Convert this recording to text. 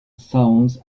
sounds